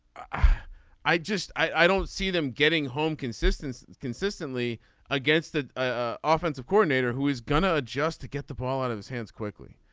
ah i just i don't see them getting home consistent consistently against the ah offensive coordinator who is gonna adjust to get the ball out of his hands quickly.